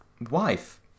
wife